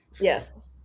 Yes